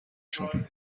شون